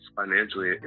financially